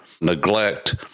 neglect